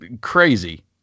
crazy